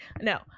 no